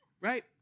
Right